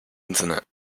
internet